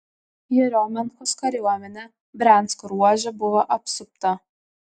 jeriomenkos kariuomenė briansko ruože buvo apsupta